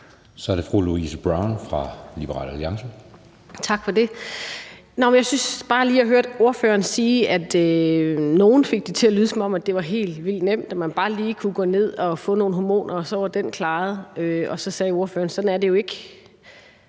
Så er det fru Louise Brown fra Liberal Alliance. Kl. 20:08 Louise Brown (LA): Tak for det. Jeg synes bare lige, jeg hørte ordføreren sige – da nogle fik det til at lyde, som om det var helt vildt nemt, og at man bare lige kunne gå ned og få nogle hormoner, og så var den klaret – at det jo ikke er sådan. Jeg tror måske,